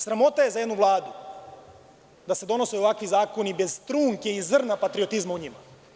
Sramota je za jednu Vladu da se donose ovakvi zakoni bez trunke i zrna patriotizma u njima.